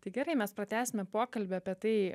tai gerai mes pratęsime pokalbį apie tai